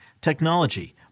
technology